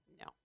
No